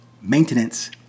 maintenance